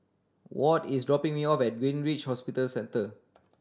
Ward is dropping me off at Greenridge Hospital Centre